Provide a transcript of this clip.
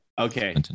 Okay